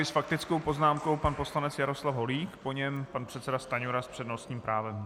S faktickou poznámkou pan poslanec Jaroslav Holík, po něm pan předseda Stanjura s přednostním právem.